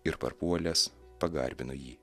ir parpuolęs pagarbino jį